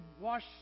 wash